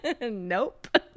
nope